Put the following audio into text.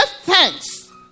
thanks